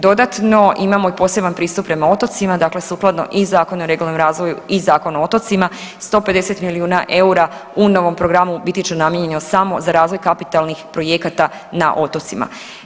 Dodatno, imamo i poseban pristup prema otocima, dakle sukladno i Zakonu o regionalnom razvoju i Zakonu u otocima 150 milijuna eura u novom programu biti će namijenjeno samo za razvoj kapitalnih projekata na otocima.